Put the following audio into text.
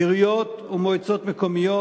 עיריות ומועצות מקומיות,